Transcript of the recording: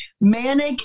manic